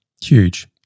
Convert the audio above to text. huge